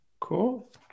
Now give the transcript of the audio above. Cool